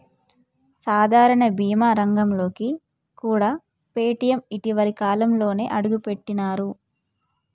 సాధారణ బీమా రంగంలోకి కూడా పేటీఎం ఇటీవలి కాలంలోనే అడుగుపెట్టినరు